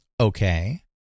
okay